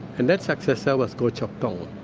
and that successor was gow chok tong.